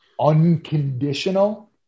unconditional